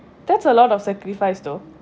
that's a lot of sacrifice though